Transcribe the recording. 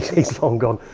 he's long gone.